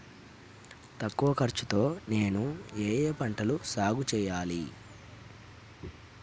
తక్కువ ఖర్చు తో నేను ఏ ఏ పంటలు సాగుచేయాలి?